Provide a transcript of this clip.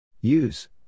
Use